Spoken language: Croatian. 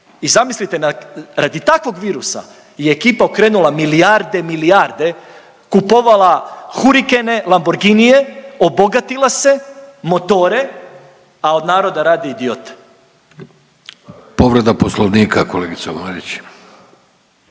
I zamislite radi takvog virusa je ekipa okrenula milijarde i milijarde, kupovala Huricane, Lamborginije, obogatila se, motore, a od naroda radi idiote. **Vidović, Davorko